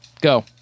Go